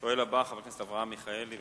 השואל הבא, חבר הכנסת אברהם מיכאלי.